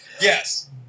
Yes